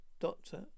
Doctor